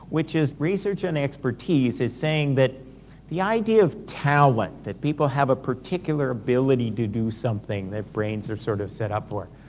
which is research and expertise is saying that the idea of talent, that people have a particular ability to do something their brains are sort of set up for,